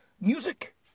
music